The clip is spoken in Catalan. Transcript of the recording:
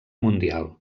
mundial